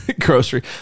Grocery